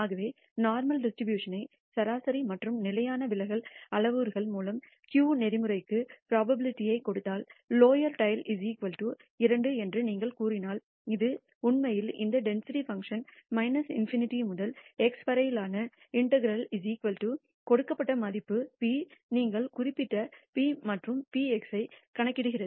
ஆகவே நோர்மல் டிஸ்ட்ரிபூஷணனின்ன் சராசரி மற்றும் நிலையான விலகல் அளவுருக்கள் மூலம் q நெறிமுறைக்கு புரோபாபிலிடிஐ கொடுத்தால் லோவெற் டைல் 2 என்று நீங்கள் கூறினால் அது உண்மையில் இந்த டென்சிட்டி பங்க்ஷன் ∞ முதல் X வரையிலான இன்டெகரால் கொடுக்கப்பட்ட மதிப்பு p நீங்கள் குறிப்பிடப்பட்ட p மற்றும் X ஐ கணக்கிடுகிறது